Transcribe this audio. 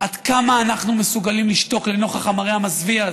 עד כמה אנחנו מסוגלים לשתוק לנוכח המראה המזוויע הזה,